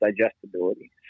digestibility